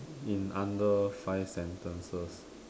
in under five sentences